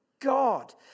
God